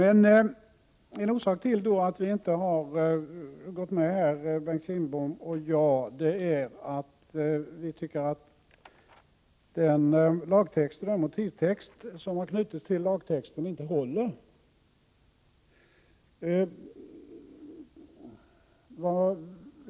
En anledning till att Bengt Kindbom och jag inte gått med på denna reservation är att vi tycker att den motivtext som har knutits till lagtexten inte håller.